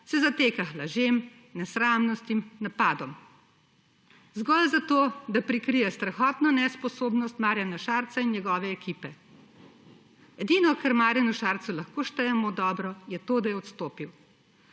se zateka k lažem, nesramnostim, napadom zgolj zato, da prikrije strahotno nesposobnost Marjana Šarca in njegove ekipe. Edino, kar Marjanu Šarcu lahko štejemo v dobro, je to, da je odstopil.